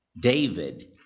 David